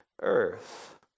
earth